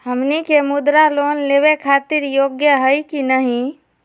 हमनी के मुद्रा लोन लेवे खातीर योग्य हई की नही?